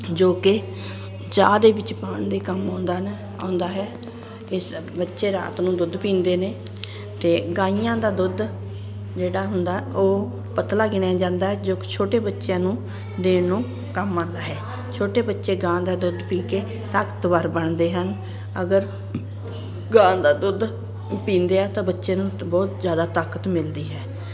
ਜੋ ਕਿ ਚਾਹ ਦੇ ਵਿੱਚ ਪਾਉਣ ਦੇ ਕੰਮ ਆਉਂਦਾ ਨਾ ਆਉਂਦਾ ਹੈ ਇਸ ਸਭ ਬੱਚੇ ਰਾਤ ਨੂੰ ਦੁੱਧ ਪੀਂਦੇ ਨੇ ਅਤੇ ਗਾਈਆਂ ਦਾ ਦੁੱਧ ਜਿਹੜਾ ਹੁੰਦਾ ਉਹ ਪਤਲਾ ਗਿਣਿਆ ਜਾਂਦਾ ਜੋ ਕਿ ਛੋਟੇ ਬੱਚਿਆਂ ਨੂੰ ਦੇਣ ਨੂੰ ਕੰਮ ਆਉਂਦਾ ਹੈ ਛੋਟੇ ਬੱਚੇ ਗਾਂ ਦਾ ਦੁੱਧ ਪੀ ਕੇ ਤਾਕਤਵਾਰ ਬਣਦੇ ਹਨ ਅਗਰ ਗਾਂ ਦਾ ਦੁੱਧ ਪੀਂਦੇ ਆ ਤਾਂ ਬੱਚੇ ਨੂੰ ਤਾਂ ਬਹੁਤ ਜ਼ਿਆਦਾ ਤਾਕਤ ਮਿਲਦੀ ਹੈ